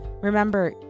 Remember